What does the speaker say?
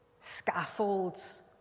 scaffolds